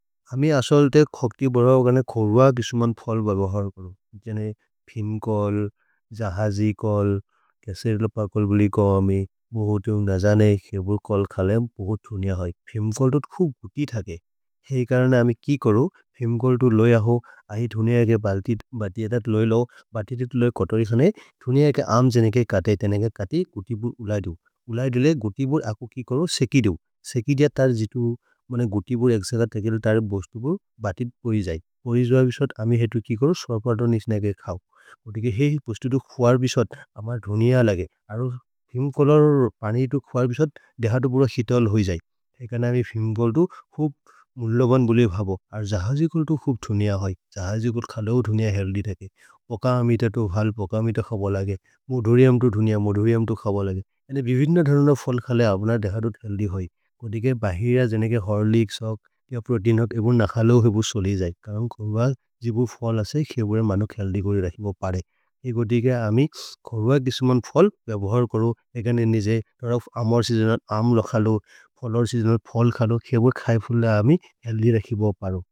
अमि असल्ते खक्ति बरो गने खोर्व किसुमन् फल् बरोहर् करो जने फिम्कोल्। जहजि कोल्, केसेर्लो पकोल् बोलि कोमि बोहोत् युन्ग् न जने। खेपुर् कोल् खलेम् पोहोत् धुनिअ है फिम्कोल् तुत् खुक् गुति थके हेइ। करने अमि कि करो फिम्कोल् तुत् लोय हो अहि धुनिअ के बल्ति बति। एतत् लोय् लो बति तुत् लोय् कोतरि खने धुनिअ के आम् जने के कते इतेने के कते। गुतिबुर् उलैदु उलैदु ले गुतिबुर् अको कि करो। सेकिदु सेकिद्य तर् जितु गुतिबुर् एक्सेकर् तकेलो तरो बोस्तुबुर्। बतित् परि जये परि जो बिश्वत् अमि हेतु कि करो। सर्पद निश्ने के खओ बोते के हेइ पुस्तु तु खुअर् बिश्वत् अमर्। धुनिअ लगे अरो फिम्कोलोर् पनि तु खुअर् बिश्वत् देह। तो बुर हितल् होइ जये एकने अमि फिम्कोल् तु खुक् मुल्लबन् बोलि भबो अरे। जहजि कोल् तु खुक् धुनिअ है जहजि कोल् खले। हो धुनिअ हेअल्थ्य् थेके पोक अमित तो भल्, पोक अमित खब लगे मुधुरि अम्तु धुनिअ। मुधुरि अम्तु खब लगे जने। भिभिर्न धरन फल् खले अब्न देह तो हेअल्थ्य् होइ को देके बहिर जने के। हर्लीक्स् होक् केओ प्रोतेइन् होक् अबुन् न खलो होइ। भु सोलि जये करम् खोर्व जिबु फल् असे खेबुरे मनो खेअल्थि। कोरि रहि बो परे एको देके अमि खोर्व किस्मन् फल् भबोहर् करो। एकने निजे तोरक् अमर् सेजोनर् आम् लो खलो फलोर्। सेजोनर् फल् खलो खेबुरे खै फुले अमि हेअल्थ्य् रहि बो परो।